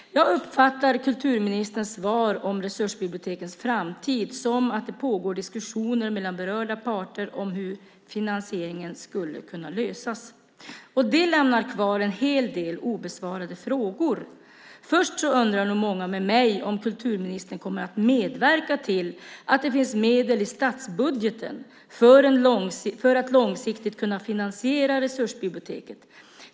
Jag uppfattar kulturministerns svar om resursbibliotekets framtid så att det pågår diskussioner mellan berörda parter om hur finansieringen skulle kunna lösas. Det gör att en hel del frågor lämnas obesvarade. För det första undrar nog många med mig om kulturministern kommer att medverka till att det i statsbudgeten finns medel för att långsiktigt kunna finansiera resursbiblioteket.